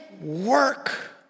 work